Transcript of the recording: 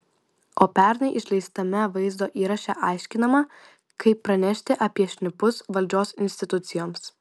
o pernai išleistame vaizdo įraše aiškinama kaip pranešti apie šnipus valdžios institucijoms